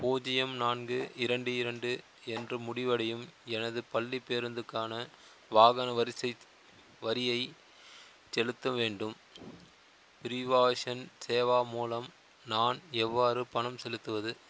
பூஜ்ஜியம் நான்கு இரண்டு இரண்டு என்று முடிவடையும் எனது பள்ளி பேருந்துக்கான வாகன வரிசை வரியை செலுத்த வேண்டும் பரிவாஸன் சேவா மூலம் நான் எவ்வாறு பணம் செலுத்துவது